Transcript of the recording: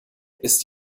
ist